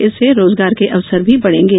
इससे रोजगार के अवसर भी बढ़ेगे